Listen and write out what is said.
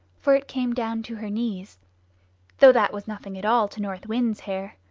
for it came down to her knees though that was nothing at all to north wind's hair.